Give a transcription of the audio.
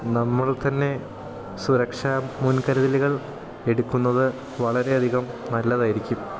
നമ്മൾ തന്നെ സുരക്ഷാ മുൻകരുതലകൾ എടുക്കുന്നത് വളരെ അധികം നല്ലതായിരിക്കും